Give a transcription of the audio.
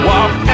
Walk